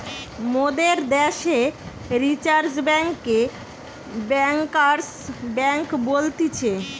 মোদের দ্যাশে রিজার্ভ বেঙ্ককে ব্যাঙ্কার্স বেঙ্ক বলতিছে